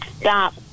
stop